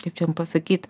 kaip čia jum pasakyt